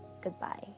Goodbye